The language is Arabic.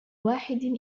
واحد